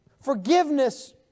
Forgiveness